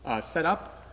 setup